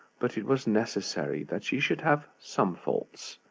but it was necessary, that she should have some faults,